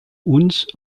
uns